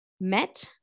met